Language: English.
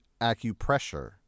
acupressure